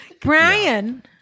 Brian